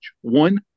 One